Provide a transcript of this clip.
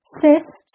cysts